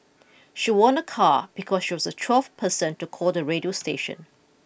she won a car because she was the twelfth person to call the radio station